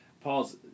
Paul's